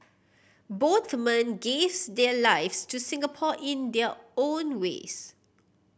both men gave their lives to Singapore in their own ways